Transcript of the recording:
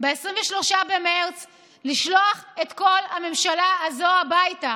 ב-23 במרץ לשלוח את כל הממשלה הזו הביתה,